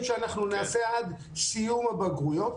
שאנחנו נעשה עד סיום הבגרויות,